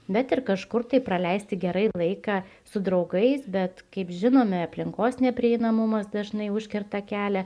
bet ir kažkur tai praleisti gerai laiką su draugais bet kaip žinome aplinkos neprieinamumas dažnai užkerta kelią